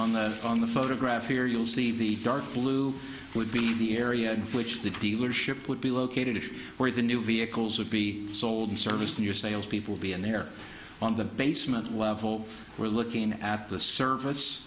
on the on the photograph here you'll see the dark blue would be the area in which the dealership would be located where the new vehicles would be sold and serviced new salespeople be in there on the basement level we're looking at the service